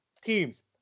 Teams